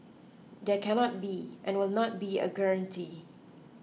there cannot be and will not be a guarantee